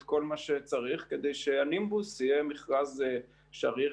כל מה שצריך כדי שהנימבוס יהיה מכרז שריר,